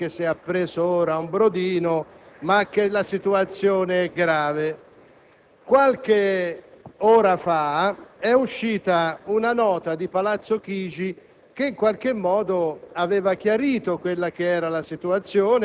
Dichiaro aperta la votazione.